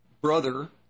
brother